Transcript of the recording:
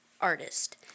artist